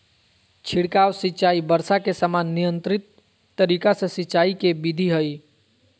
छिड़काव सिंचाई वर्षा के समान नियंत्रित तरीका से सिंचाई के विधि हई